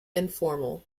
informal